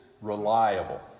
reliable